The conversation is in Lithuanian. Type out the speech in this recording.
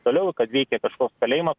toliau kad veikia kažkoks kalėjimas